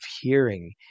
hearing